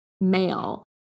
male